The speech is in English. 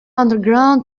underground